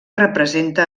representa